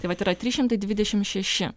tai vat yra trys šimtai dvidešim šeši